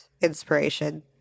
inspiration